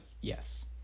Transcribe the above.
yes